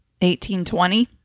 1820